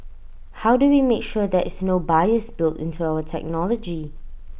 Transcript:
how do we make sure there is no bias built into our technology